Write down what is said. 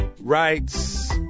rights